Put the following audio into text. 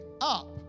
up